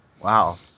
Wow